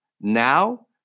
now